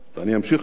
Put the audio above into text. ואני אמשיך כך,